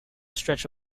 stretch